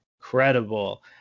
incredible